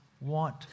want